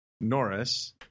Norris